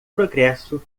progresso